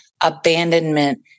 abandonment